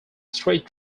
street